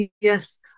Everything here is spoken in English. yes